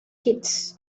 kids